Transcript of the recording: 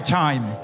time